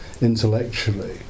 intellectually